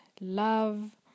love